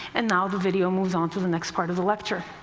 and now the video moves on to the next part of the lecture.